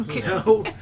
No